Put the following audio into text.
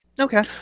Okay